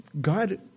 God